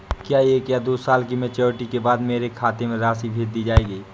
क्या एक या दो साल की मैच्योरिटी के बाद मेरे खाते में राशि भेज दी जाएगी?